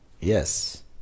Yes